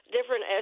different